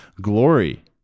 glory